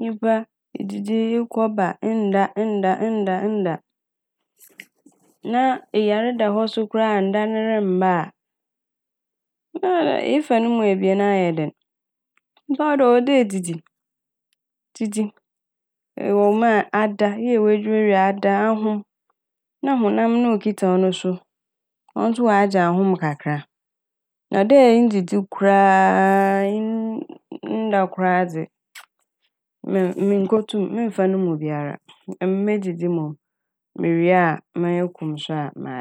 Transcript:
nyimpa idzidzi ekɔ ba, nda a nda a nda a nda a na eyar da so koraa nda ne remmba a na efa no mu ebien no ayɛ dɛn. Nyimpa de ɔwɔ dɛ edzidzi na dzidzi, ɔwɔ mu a ada, eyɛ w'edwuma wie a ada, ahom na honam a okitsa wo no so ɔno so ɔagye ahom kakra na dɛ nndzidzi koraa a nn-nnda koraa aaa dze. Men-mennkotum, memmfa no mu biara emi medzidzi mom, mewie a m'enyi kom so a mada.